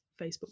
Facebook